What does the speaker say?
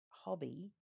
hobby